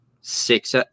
six